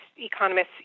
economists